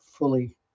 fully